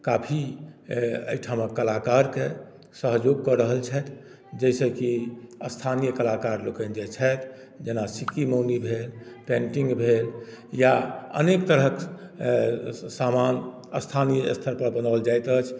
काफी एहीठामक कलाकारकेँ सहयोग कऽ रहल छथि जाहिसँ कि स्थानीय कलाकार लोकनि जे छथि जेना सिक्की मौनी भेल पेन्टिंग भेल या अनेक तरहक सामान स्थानीय स्तरपर बनाओल जाइत अछि